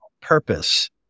purpose